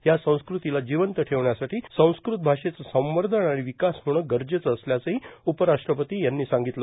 या संस्कृतीला जिवंत ठेवण्यासाठी संस्कृत भाषेचं संवर्धन आणि विकास होणं गरजेचं असल्याचंही उपराष्ट्रपती यावेळी म्हणाले